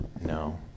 No